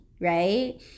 right